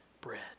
bread